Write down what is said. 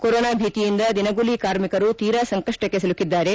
corona ಭೀತಿಯಿಂದ ದಿನಗೂಲಿ ಕಾರ್ಮಿಕರು ತೀರಾ ಸಂಕಷ್ಟಕ್ಕೆ ಸಿಲುಕಿದ್ದಾರೆ